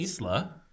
Isla